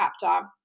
chapter